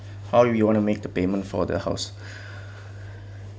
how you want to make the payment for the house